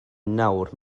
nawr